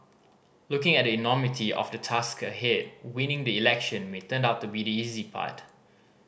looking at the enormity of the task ahead winning the election may turn out to be the easy part